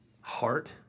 Heart